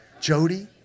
Jody